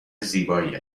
زیبایی